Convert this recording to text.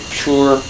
pure